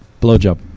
Blowjob